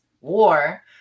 war